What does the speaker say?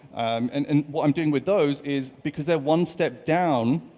and and what i'm doing with those is because they're one step down,